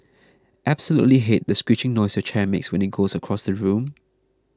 absolutely hate the screeching noise your chair makes when it goes across the room